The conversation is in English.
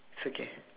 it's okay